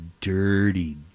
dirty